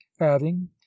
adding